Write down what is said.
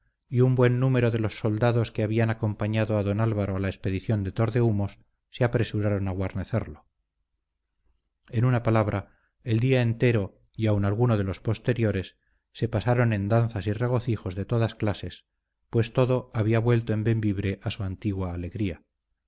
y un buen número de los soldados que habían acompañado a don álvaro a la expedición de tordehumos se apresuraron a guarnecerlo en una palabra el día entero y aun alguno de los posteriores se pasaron en danzas y regocijos de todas clases pues todo había vuelto en bembibre a su antigua alegría